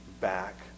back